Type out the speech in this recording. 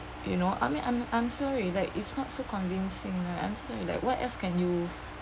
you know I mean I'm I'm sorry like is not so convincing you know I'm still like what else can you